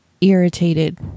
irritated